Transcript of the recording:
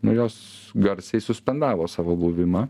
nu jos garsiai suspendavo savo buvimą